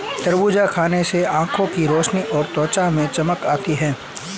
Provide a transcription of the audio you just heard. तरबूज खाने से आंखों की रोशनी और त्वचा में चमक आती है